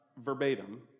verbatim